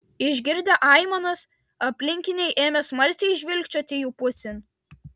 išgirdę aimanas aplinkiniai ėmė smalsiai žvilgčioti jų pusėn